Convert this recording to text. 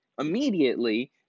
immediately